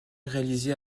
réalisés